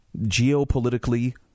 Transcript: geopolitically